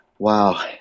wow